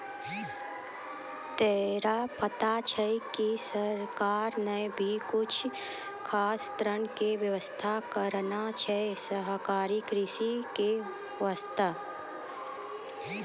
तोरा पता छौं कि सरकार नॅ भी कुछ खास ऋण के व्यवस्था करनॅ छै सहकारी कृषि के वास्तॅ